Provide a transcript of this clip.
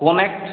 কোন অ্যাক্ট